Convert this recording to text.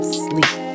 sleep